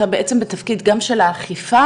אז אתה בעצם גם בתפקיד של האכיפה?